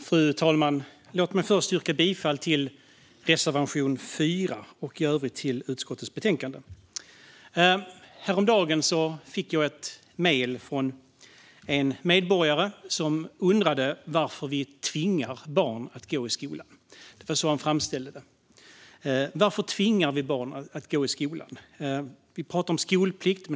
Fru talman! Låt mig först yrka bifall till reservation 4 och i övrigt bifall till förslaget i utskottets betänkande. Häromdagen fick jag ett mejl från en medborgare som undrade varför vi tvingar barn att gå i skolan. Det var så han framställde det - varför tvingar vi barn att gå i skolan? Vi talar om skolplikt.